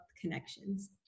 connections